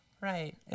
Right